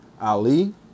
Ali